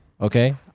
Okay